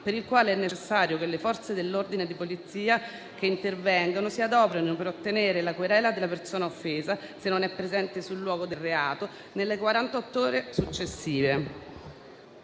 per il quale è necessario che le Forze dell'ordine e di polizia che intervengono si adoperino per ottenere la querela della persona offesa, se non è presente sul luogo del reato, nelle quarantott'ore successive.